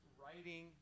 writing